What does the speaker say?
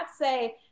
say